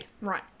Right